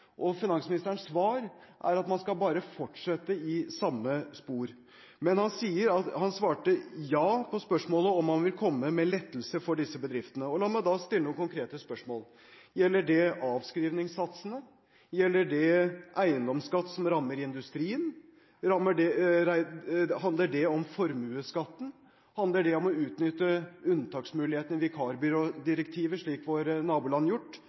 Finansministerens svar er at man bare skal fortsette i samme spor, men han svarte ja på spørsmålet om han vil komme med lettelser for disse bedriftene. La meg da stille noen konkrete spørsmål: Gjelder det avskrivningssatsene? Gjelder det eiendomsskatt som rammer industrien? Handler det om formuesskatten? Handler det om å utnytte unntaksmulighetene i vikarbyrådirektivet, slik våre naboland har gjort,